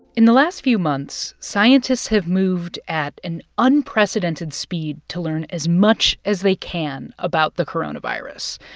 in the last few months, scientists have moved at an unprecedented speed to learn as much as they can about the coronavirus.